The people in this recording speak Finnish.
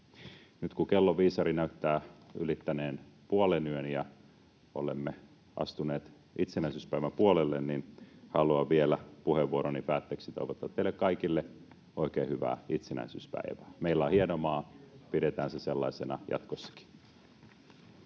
Nyt kun kellon viisari näyttää ylittäneen puolenyön ja olemme astuneet itsenäisyyspäivän puolelle, niin haluan vielä puheenvuoroni päätteeksi toivottaa teille kaikille oikein hyvää itsenäisyyspäivää. [Juho Eerola: Kiitos samoin!] Meillä on hieno maa, pidetään se sellaisena jatkossakin.